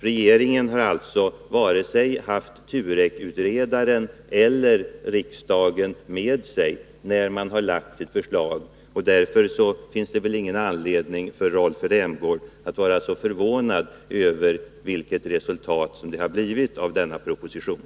Regeringen hade alltså varken TUREK utredaren eller riksdagen med sig när den lade fram sitt förslag. Därför finns det ingen anledning för Rolf Rämgård att vara så förvånad över resultatet av denna proposition.